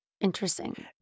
Interesting